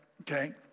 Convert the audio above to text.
Okay